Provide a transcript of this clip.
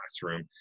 classroom